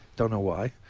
don't know why